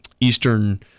eastern